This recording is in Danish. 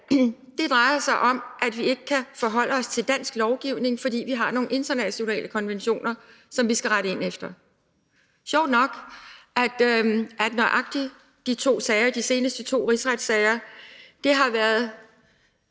drejer sig om, at vi ikke kan forholde os til dansk lovgivning, fordi vi har nogle internationale konventioner, som vi skal rette ind efter. Og sjovt nok er nøjagtig de to sager – de seneste to rigsretssager – sager,